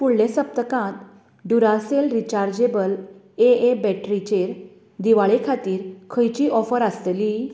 फुडले सप्तकांत Duracell rechargeable AA बॅटरीचेर दिवाळे खातीर खंयचीय ऑफर आसतली